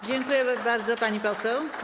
Dziękujemy bardzo, pani poseł.